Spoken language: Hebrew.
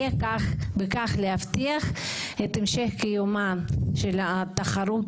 יהיה בכך להבטיח את המשך קיומה של התחרות